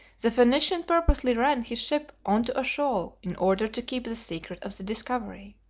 the phoenician purposely ran his ship on to a shoal in order to keep the secret of the discovery.